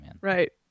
Right